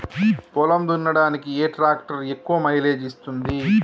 పొలం దున్నడానికి ఏ ట్రాక్టర్ ఎక్కువ మైలేజ్ ఇస్తుంది?